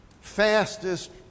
fastest